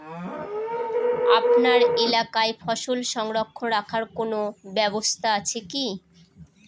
আপনার এলাকায় ফসল সংরক্ষণ রাখার কোন ব্যাবস্থা আছে কি?